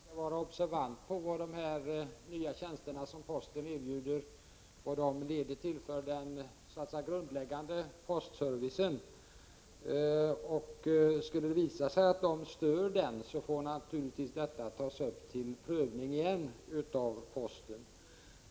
Herr talman! Jag har naturligtvis ingen annan mening än att man skall vara observant på vad de nya tjänster som posten erbjuder leder till för den grundläggande postservicen. Skulle det visa sig att de stör den får detta naturligtvis tas upp till prövning igen av posten.